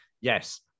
Yes